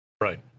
right